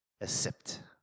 Accept